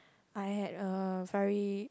I had a very